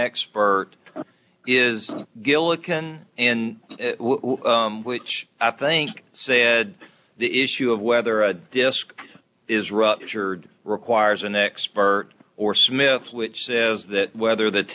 expert is gillikin in which i think said the issue of whether a disk is ruptured requires an expert or smith which says that whether the